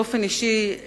באופן אישי,